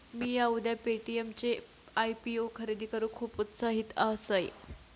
मिया उद्या पे.टी.एम चो आय.पी.ओ खरेदी करूक खुप उत्साहित असय